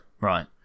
Right